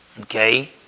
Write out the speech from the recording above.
Okay